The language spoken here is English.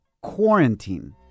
quarantine